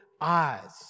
eyes